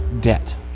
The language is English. debt